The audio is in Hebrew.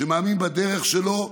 שמאמין בדרך שלו,